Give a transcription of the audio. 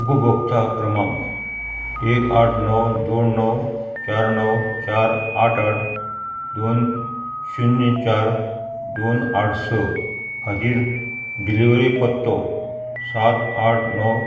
उपभोकता क्रमांक एक आठ णव दोन णव चार णव चार आठ आठ दोन शुन्य चार दोन आठ स खातीर डिलिव्हरी पत्तो सात आठ णव